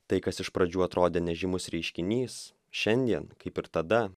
tai kas iš pradžių atrodė nežymus reiškinys šiandien kaip ir tada